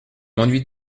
m’ennuie